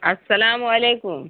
السلام علیکم